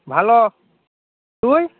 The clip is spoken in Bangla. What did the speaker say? ভালো তুই